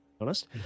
honest